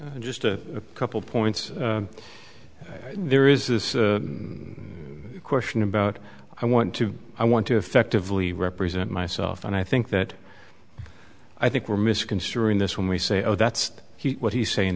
just a couple points there is this question about i want to i want to effectively represent myself and i think that i think we're misconstruing this when we say oh that's what he's saying